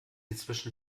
inzwischen